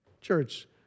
church